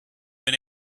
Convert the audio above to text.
been